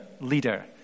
leader